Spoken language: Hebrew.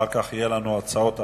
אחר כך יהיו לנו הצעות אחרות.